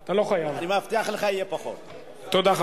את תרבותם,